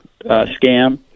scam